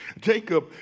Jacob